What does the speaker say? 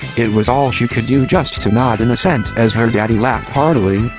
it was all she could do just to nod in assent as her daddy laughed heartily,